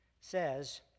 says